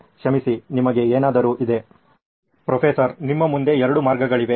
ಕ್ಷಮಿಸಿ ನಿಮಗೆ ಏನಾದರೂ ಇದೆ ಪ್ರೊಫೆಸರ್ ನಿಮ್ಮ ಮುಂದೆ ಎರಡು ಮಾರ್ಗಗಳಿವೆ